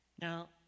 Now